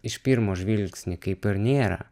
iš pirmo žvilgsnio kaip ar nėra